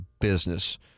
business